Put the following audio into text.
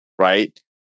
right